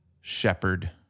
shepherd